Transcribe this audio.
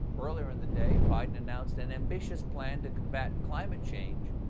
earlier in the day biden announced an ambitious plan to combat climate change,